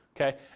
Okay